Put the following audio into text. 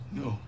no